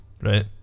Right